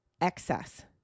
excess